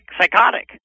psychotic